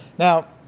now,